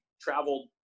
traveled